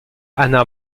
anna